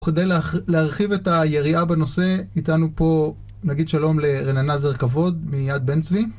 כדי להרחיב את היריעה בנושא, איתנו פה, נגיד שלום לרננה זר כבוד מיד בן צבי.